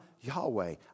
Yahweh